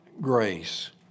grace